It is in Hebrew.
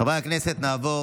חברי הכנסת, נעבור